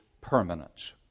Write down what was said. permanence